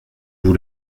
vous